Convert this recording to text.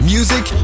Music